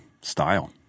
style